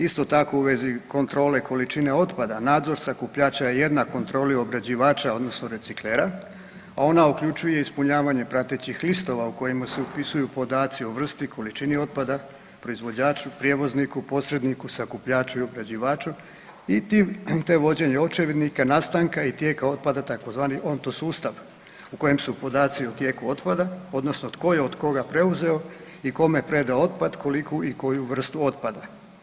Isto tako, u vezi kontrole količine otpada, nadzor sakupljača je jednak kontroli obrađivača, odnosno reciklera, a ona uključuje ispunjavanje pratećih listova u kojima se upisuju podaci o vrsti, količini otpada, proizvođaču, prijevozniku, posredniku, sakupljaču i obrađivaču i tim, te vođenje očevidnika nastanka i tijeka otpada, tzv. ONTO sustav u kojem su podaci o tijeku otpada odnosno tko je od koga preuzeo i kome predao otpad, koliko i koju vrstu otpada.